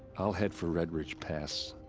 i'll head for red ridge pass.